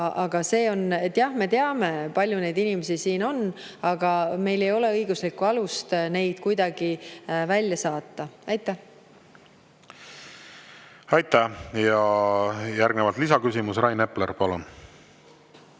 aga jah, me teame, kui palju neid inimesi siin on, ent meil ei ole õiguslikku alust neid kuidagi välja saata. Aitäh! Järgnevalt lisaküsimus, Rain Epler, palun!